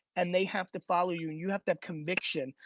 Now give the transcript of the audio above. and they have to follow you and you have that conviction.